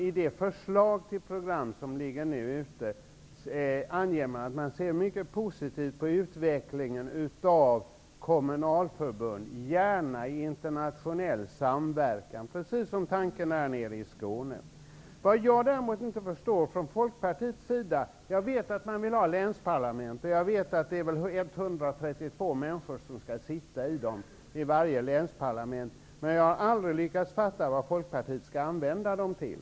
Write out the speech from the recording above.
I förslaget till program anges att man ser mycket positivt på utvecklingen av kommunalförbund, gärna i internationell samverkan -- precis som tanken är nere i Skåne. Jag vet att Folkpartiet vill ha länsparlament och att det skall sitta 132 människor i varje parlament. Vad jag däremot inte förstår är vad Folkpartiet vill använda länsparlamenten till.